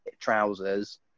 trousers